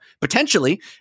potentially